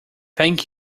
thank